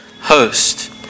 host